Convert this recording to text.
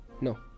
No